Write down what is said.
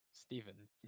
Steven